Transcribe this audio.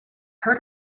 heard